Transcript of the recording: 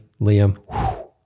Liam